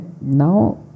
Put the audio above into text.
now